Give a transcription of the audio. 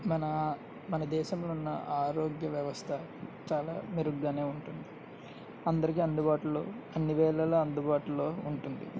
మనా మన దేశంలున్న ఆరోగ్య వ్యవస్థ చాలా మెరుగ్గానే ఉంటుంది అందరికీ అందుబాటులో అన్ని వేళలా అందుబాటులో ఉంటుంది